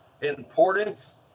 importance